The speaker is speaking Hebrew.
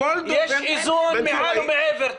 יש איזון מעל ומעבר,